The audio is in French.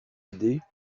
aider